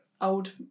old